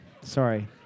Sorry